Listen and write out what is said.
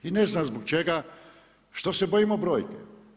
I ne znam zbog čega, što se bojimo brojke.